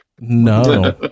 No